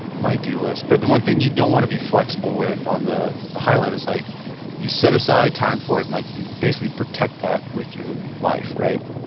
might-do list, but the one thing you don't want to be flexible with on the the highlight is, like you set aside time for it, and like you basically protect that with your life, right?